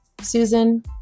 Susan